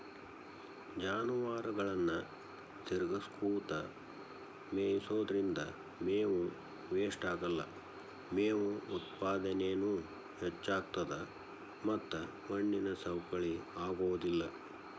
ಜಾನುವಾರುಗಳನ್ನ ತಿರಗಸ್ಕೊತ ಮೇಯಿಸೋದ್ರಿಂದ ಮೇವು ವೇಷ್ಟಾಗಲ್ಲ, ಮೇವು ಉತ್ಪಾದನೇನು ಹೆಚ್ಚಾಗ್ತತದ ಮತ್ತ ಮಣ್ಣಿನ ಸವಕಳಿ ಆಗೋದಿಲ್ಲ